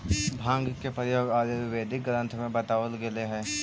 भाँग के प्रयोग आयुर्वेदिक ग्रन्थ में बतावल गेलेऽ हई